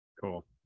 Cool